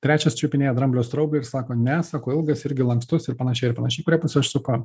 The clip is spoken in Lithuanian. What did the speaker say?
trečias čiupinėja dramblio straublį ir sako ne sako ilgas irgi lankstus ir panašiai ir panašiai į kurią pusę aš suku